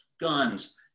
guns